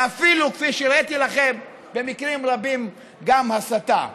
ואפילו, כפי שהראיתי לכם, במקרים רבים גם הסתה.